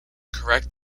correct